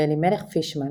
לאלימלך פישמן,